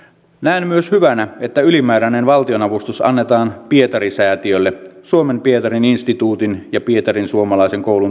näen myös hyvänä että ylimääräinen valtionavustus annetaan pietari säätiölle suomen pietarin instituutin ja pietarin suomalaisen koulun turvaamiseen